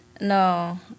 No